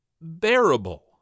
bearable